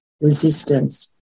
resistance